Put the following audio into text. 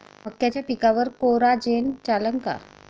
मक्याच्या पिकावर कोराजेन चालन का?